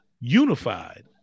unified